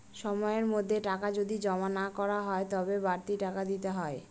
সময়ের মধ্যে টাকা যদি জমা না করা হয় তবে বাড়তি টাকা দিতে হয়